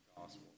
gospel